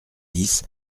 dix